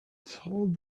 told